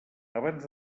abans